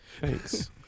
Thanks